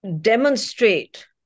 demonstrate